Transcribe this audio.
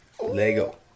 Lego